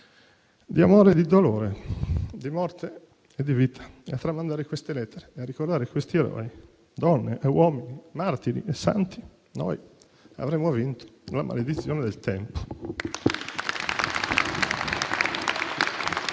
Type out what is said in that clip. di amore e di dolore, di morte e di vita, e a tramandare queste lettere e a ricordare questi eroi, donne e uomini, martiri e santi, noi avremo vinto la maledizione del tempo.